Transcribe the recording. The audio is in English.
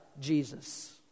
Jesus